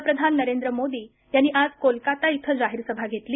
पंतप्रधान नरेंद्र मोदी यांनी आज कोलकाता इथं जाहीर सभा घेतली